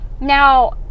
Now